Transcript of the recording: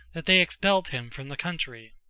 that they expelled him from the country.